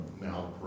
now